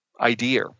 idea